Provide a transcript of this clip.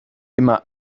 immer